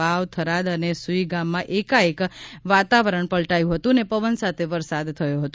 વાવ થરાદ અને સુઇગામમાં એકાએક વાતાવરણ પલટાયું હતું અને પવન સાથે વરસાદ થયો હતો